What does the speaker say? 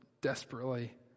desperately